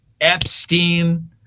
Epstein